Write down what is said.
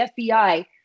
FBI